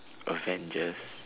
Avengers